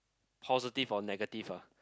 positive or negative ah